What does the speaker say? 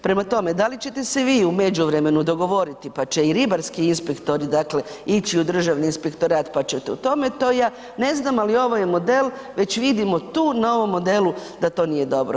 Prema tome, da li ćete se vi u međuvremenu dogovoriti pa će i ribarski inspektori dakle ići u Državni inspektorat, pa ćete o tome to ja ne znam, ali ovo je model već vidimo tu na ovom modelu da to nije dobro.